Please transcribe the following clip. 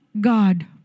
God